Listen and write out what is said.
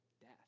death